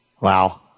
Wow